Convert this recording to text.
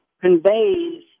conveys